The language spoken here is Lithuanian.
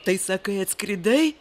tai sakai atskridai